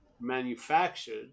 manufactured